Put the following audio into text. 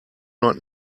not